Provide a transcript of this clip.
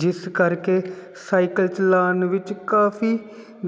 ਜਿਸ ਕਰਕੇ ਸਾਈਕਲ ਚਲਾਉਣ ਵਿੱਚ ਕਾਫੀ